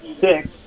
six